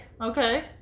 Okay